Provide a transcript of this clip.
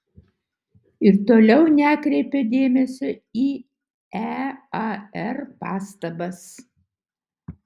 ir toliau nekreipė dėmesio į ear pastabas